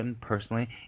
personally